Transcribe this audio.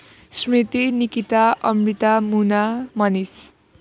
Smriti Nikita Amrita Muna Manish